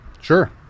Sure